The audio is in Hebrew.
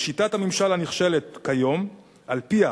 בשיטת הממשל הנכשלת כיום, שעל-פיה,